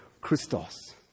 Christos